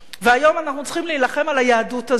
והיום אנחנו צריכים להילחם על היהדות הזאת